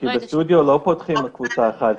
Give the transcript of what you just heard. כי בסטודיו לא פותחים קבוצה אחת,